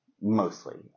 mostly